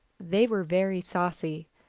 they were very saucy.